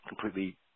completely